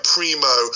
Primo